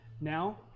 now